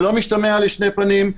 שלא משתמע לשני פנים.